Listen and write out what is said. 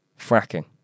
fracking